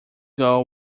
goal